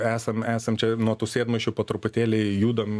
esam esam čia nuo tų sėdmaišių po truputėlį judam